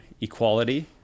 equality